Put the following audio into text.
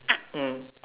mm